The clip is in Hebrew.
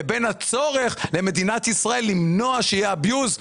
לבין הצורך של מדינת ישראל למנוע שיהיה Abuse.